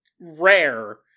rare